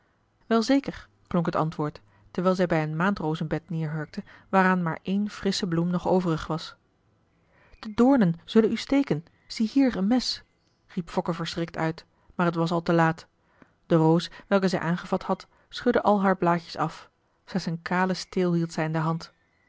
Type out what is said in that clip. wel zeker klonk het antwoord terwijl zij bij een maandrozenbed neerhurkte waaraan maar ééne frissche bloem nog overig was de doornen zullen u steken ziehier een mes riep fokke verschrikt uit maar het was al te laat de roos welke zij aangevat had schudde al haar blaadjes af slechts een kalen steel hield zij in de hand